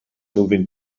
moving